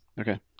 Okay